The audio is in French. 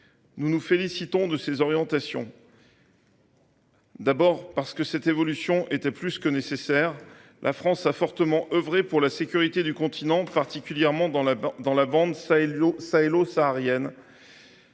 Nous nous félicitons de ses orientations. En effet, cette évolution était plus que nécessaire. La France a fortement œuvré pour la sécurité du continent, particulièrement dans la bande sahélo saharienne.